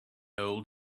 old